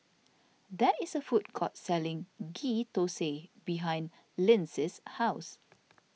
there is a food court selling Ghee Thosai behind Lyndsey's house